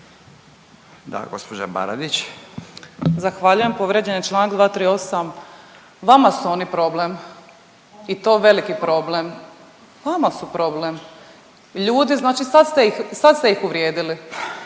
Nikolina (HDZ)** Zahvaljujem. Povrijeđen je Članak 238., vama su oni problem i to veliki problem. Vama su problem. Ljudi znači sad ste ih, sad